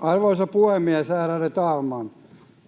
Arvoisa puhemies, ärade talman!